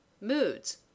Moods